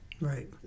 Right